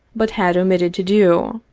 but had omitted to do.